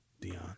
Dion